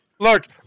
Look